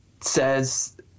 says